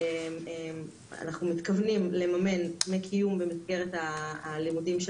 אנחנו מתכוונים לממן דמי קיום במסגרת הלימודים.